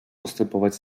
postępować